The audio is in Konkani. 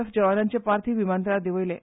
एफ जवानांचे पार्थिव विमानतळार देवयलें